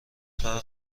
فقر